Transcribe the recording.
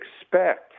expect